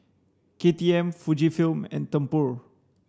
K T M Fujifilm and Tempur